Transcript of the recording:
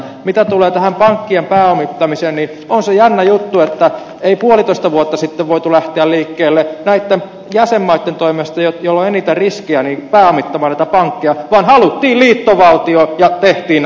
mitä tulee tähän pankkien pääomittamiseen niin on se jännä juttu että ei puolitoista vuotta sitten voitu lähteä liikkeelle näitten jäsenmaitten toimesta joilla on eniten riskejä pääomittamaan näitä pankkeja vaan haluttiin liittovaltio ja tehtiin näitä mekanismeja